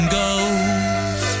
goes